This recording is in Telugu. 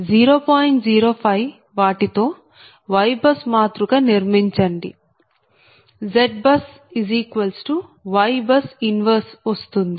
05 వాటితో YBUS మాతృక నిర్మించండి ZBUsYBUS 1 వస్తుంది